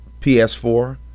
PS4